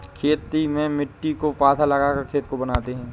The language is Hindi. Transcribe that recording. खेती में मिट्टी को पाथा लगाकर खेत को बनाते हैं?